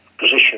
position